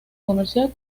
comercial